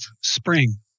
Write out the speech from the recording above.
spring